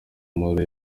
marley